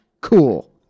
Cool